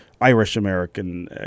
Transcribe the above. Irish-American